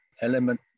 element